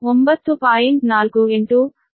48Da1 8